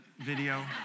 video